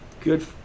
Good